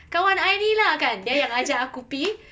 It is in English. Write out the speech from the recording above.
kawan I ni lah kan dia yang ajak aku pi